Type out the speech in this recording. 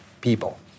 people